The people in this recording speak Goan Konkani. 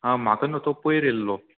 आं म्हाका न्हू तो पयर येयलो